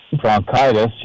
bronchitis